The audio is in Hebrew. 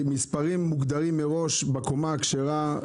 עם מספרים מוגדרים מראש בקומה הכשרה.